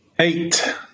Eight